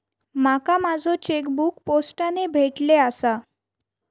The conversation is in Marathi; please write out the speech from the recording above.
माका माझो चेकबुक पोस्टाने भेटले आसा